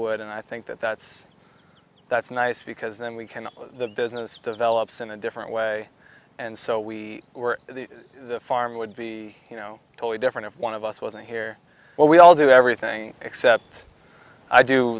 would and i think that that's that's nice because then we can the business develops in a different way and so we were the farm would be you know totally different if one of us wasn't here well we all do everything except i do